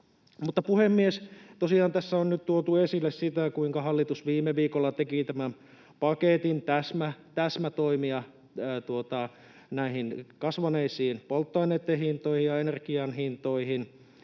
Puhemies! Tosiaan tässä on nyt tuotu esille sitä, kuinka hallitus viime viikolla teki tämän paketin täsmätoimia kasvaneisiin polttoaineitten hintoihin ja energian hintoihin,